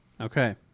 Okay